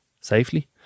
safely